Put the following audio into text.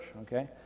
Okay